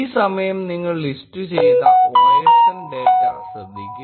ഈ സമയം നിങ്ങൾ ലിസ്റ്റുചെയ്ത osndata ശ്രദ്ധിക്കും